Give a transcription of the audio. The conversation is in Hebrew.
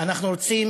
אנחנו רוצים